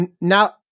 now